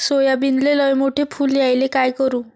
सोयाबीनले लयमोठे फुल यायले काय करू?